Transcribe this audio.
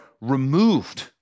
removed